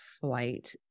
flight